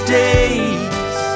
days